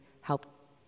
help